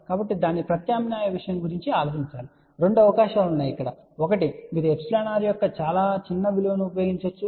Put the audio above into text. కాబట్టి దాని ప్రత్యామ్నాయ విషయం గురించి ఆలోచించాలి రెండు అవకాశాలు ఉన్నాయిఒకటి మీరు εr యొక్క చాలా చిన్న విలువను ఉపయోగిస్తే